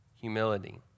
humility